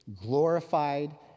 glorified